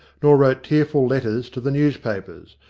nor wrote tearful letters to the newspapers.